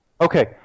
okay